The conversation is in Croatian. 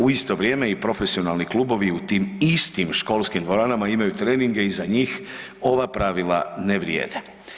U isto vrijeme i profesionalni klubovi u tim istim školskim dvoranama imaju treninge i za njih ova pravila ne vrijede.